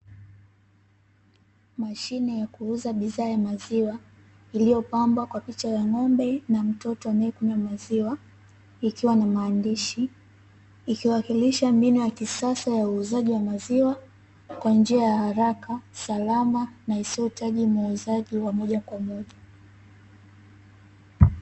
Mashine ya kuuza bidhaa ya maziwa, iliyopambwa kwa picha ya ng'ombe na mtoto anaye kunywa maziwa, likiwa na maandishi. Ikiwakilisha mbinu ya kisasa ya uuzaji wa maziwa kwa njia ya haraka, salama na isiyo hitaji muuzaji wa moja kwa moja.